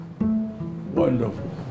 wonderful